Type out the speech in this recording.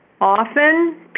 Often